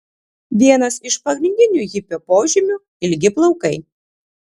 vienas iš pagrindinių hipio požymių ilgi plaukai